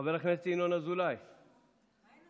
חבר הכנסת ינון אזולאי, אין.